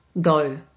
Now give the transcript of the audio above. go